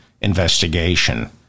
investigation